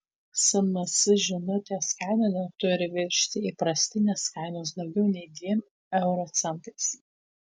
sms žinutės kaina neturi viršyti įprastinės kainos daugiau nei dviem euro centais